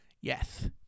Yes